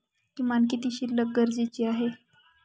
किमान किती शिल्लक गरजेची आहे?